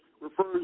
refers